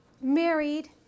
married